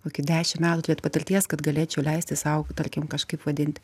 kokį dešimt metų turėt patirties kad galėčiau leisti sau tarkim kažkaip vadinti